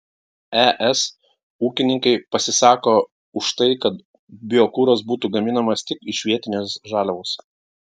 es ūkininkai pasisako už tai kad biokuras būtų gaminamas tik iš vietinės žaliavos